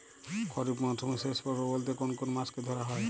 খরিপ মরসুমের শেষ পর্ব বলতে কোন কোন মাস কে ধরা হয়?